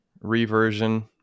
reversion